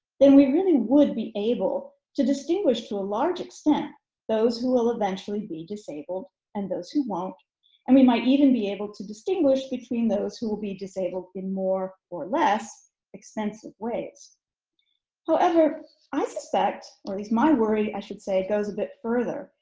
then we really would be able to distinguish to a large extent those who will eventually be disabled and those who won't and we might even be able to distinguish between those who will be disabled in more or less expensive ways however i suspect or these my worry i should say it goes a bit further,